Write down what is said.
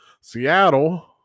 Seattle